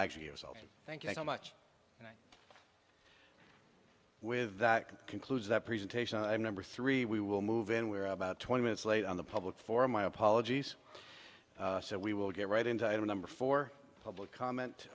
actually yourself thank you so much with that concludes that presentation i number three we will move in we are about twenty minutes late on the public forum my apologies so we will get right into a number for public comment